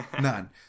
None